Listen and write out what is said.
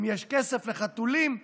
אם יש כסף לחתולים,